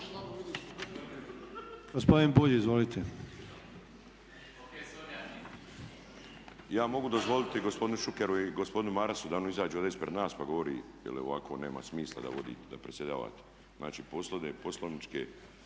Miro (MOST)** Ja mogu dozvoliti gospodinu Šukeru i gospodinu Marasu da oni izađu ovdje ispred nas pa govore jer ovako nema smisla da vi vodite, da predsjedavate. Znači postoje poslovničke